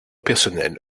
personnel